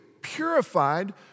purified